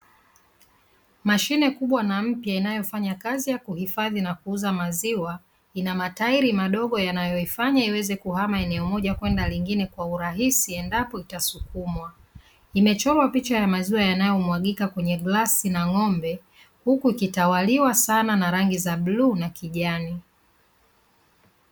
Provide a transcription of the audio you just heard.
Mashine kubwa na mpya inayofanya kazi ya kuhifadhi na kuuza maziwa, ina matairi madogo yanayoifanya iweze kuhama eneo moja kwenda linginge kwa urahisi endapo itasukumwa. Imechorwa picha ya maziwa yanayomwagika kwenye glasi na ngombe, huku ikitawaliwa sana na rangi za bluu na kijani.